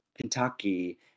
Kentucky